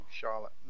Charlotte